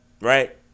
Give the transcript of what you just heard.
right